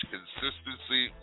Consistency